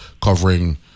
covering